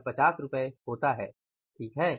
यह 50 रु होता है ठीक है